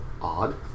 Odd